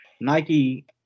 Nike